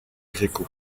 gréco